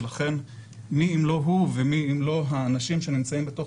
ולכן מי אם לא הוא ומי אם לא האנשים שנמצאים בתוך